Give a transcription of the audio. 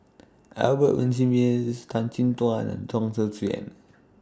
Albert Winsemius Tan Chin Tuan and Chong Tze Chien